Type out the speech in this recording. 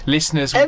Listeners